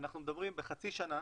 אנחנו מדברים בחצי שנה